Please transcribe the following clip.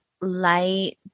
light